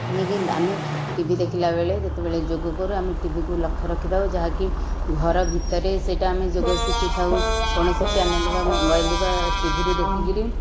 ଯିଏକି ଆମେ TV ଦେଖିଲାବେଳେ ଯେତେବେଳେ ଯୋଗ କରୁ ଆମେ ଟିଭିକୁ ଲକ୍ଷ୍ୟ ରଖିଥାଉ ଯାହାକି ଘର ଭିତରେ ସେଇଟା ଆମେ ଯୋଗ ଶିଖିଥାଉ କୌଣସି ଚ୍ୟାନେଲ୍ ବା ମୋବାଇଲ୍ ବା ଟିଭିରୁ ଦେଖିକରି